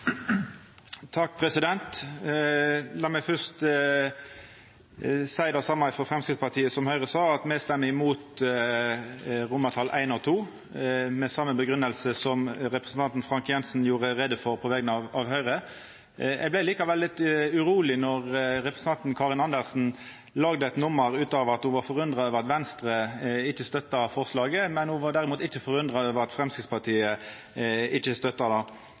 same frå Framstegspartiet si side som Høgre sa: Me stemmer imot I og II, med den same grunngjevinga som representanten Frank J. Jenssen gjorde greie for på vegner av Høgre. Eg vart likevel litt uroleg då representanten Karin Andersen gjorde eit nummer ut av at ho var forundra over at Venstre ikkje støttar forslaget, mens ho derimot ikkje var forundra over at Framstegspartiet ikkje støttar det.